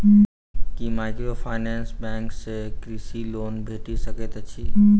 की microfinance bank सँ कृषि loan भेटि सकैत अछि?